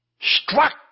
struck